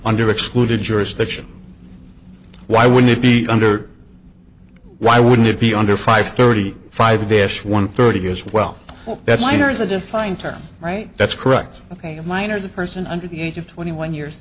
under excluded jurisdiction why would it be under why wouldn't it be under five thirty five ish one thirty years well that's minor is a defined term right that's correct ok of minors a person under the age of twenty one years